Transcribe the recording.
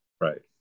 Right